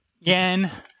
again